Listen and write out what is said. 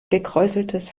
gekräuseltes